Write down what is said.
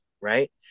right